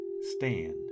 stand